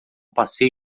passeio